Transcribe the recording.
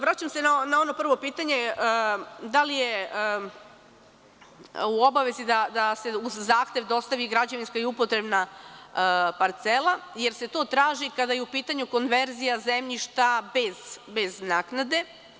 Vraćam se na ono prvo pitanje - da li je u obavezi da se uz zahtev dostavi i građevinska i upotrebna parcela, jer se to traži kada je u pitanju konverzija zemljišta bez naknade?